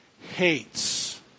hates